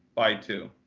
buy two.